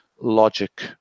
logic